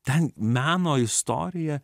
ten meno istorija